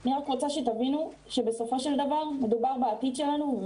אני רק רוצה שתבינו שבסופו של דבר מדובר בעתיד שלנו,